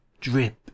drip